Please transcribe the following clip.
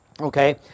Okay